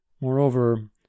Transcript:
Moreover